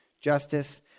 justice